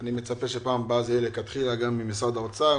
אני מצפה שפעם הבאה זה יהיה לכתחילה גם ממשרד האוצר.